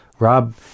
Rob